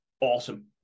Awesome